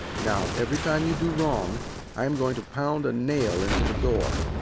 now every time you do wrong i am going to pound a nail into the door.